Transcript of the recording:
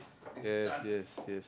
yes yes yes